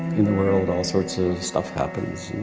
in the world all sorts of stuff happens